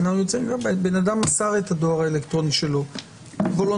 בן אדם מסר את הדואר האלקטרוני שלו וולונטרית.